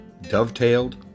dovetailed